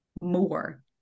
more